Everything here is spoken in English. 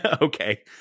okay